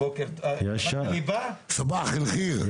סבאח אל-ח'יר.